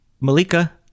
Malika